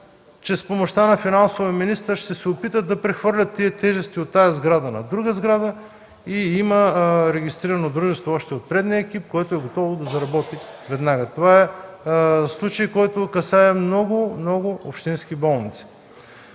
че с помощта на финансовия министър ще се опитат да прехвърлят тежестите от тази сграда на друга сграда. Има регистрирано дружество още от предишния екип, което е готово да заработи веднага. Това е случай, който касае много, много общински болници.